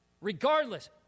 Regardless